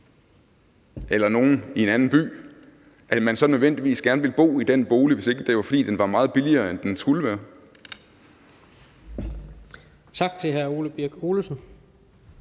eller af nogle i en anden by, så nødvendigvis gerne ville bo i den bolig, hvis ikke det var, fordi den var meget billigere, end den skulle være. Kl. 14:12 Tredje